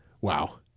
Wow